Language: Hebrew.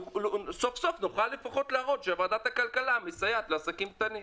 וסוף סוף נוכל לפחות להראות שוועדת הכלכלה מסייעת לעסקים קטנים.